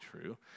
true